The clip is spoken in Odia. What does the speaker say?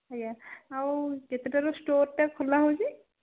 ଆଜ୍ଞା ଆଉ କେତେଟାରୁ ଷ୍ଟୋର୍ଟା ଖୋଲା ହେଉଛି